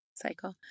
cycle